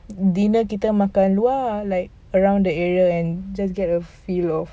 dinner kita makan luar like around the area just get the feel of